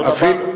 אותו דבר.